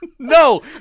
No